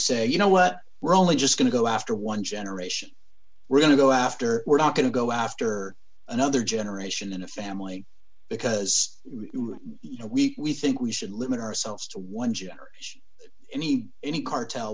you know what we're only just going to go after one generation we're going to go after we're not going to go after another generation in a family because you know we we think we should limit ourselves to one generation any any cartel